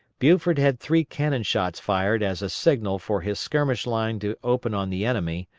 buford had three cannon-shots fired as a signal for his skirmish line to open on the enemy,